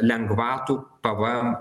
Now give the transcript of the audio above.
lengvatų pvm